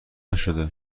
نشده